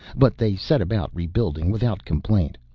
but they set about rebuilding without complaint.